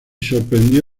sorprendió